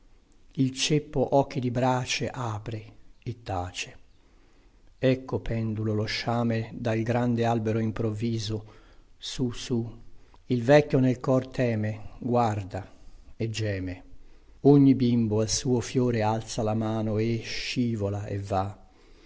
il ceppo occhi di brace apre e tace ecco pendulo lo sciame dal grande albero improvviso su su il vecchio nel cor teme guarda e geme ogni bimbo al suo fiore alza la mano e scivola e va